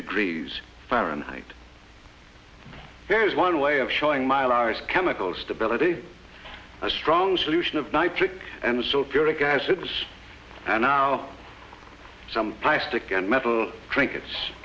degrees fahrenheit there is one way of showing mylars chemical stability a strong solution of nitric and so if you're a gas hogs and now some plastic and metal trinkets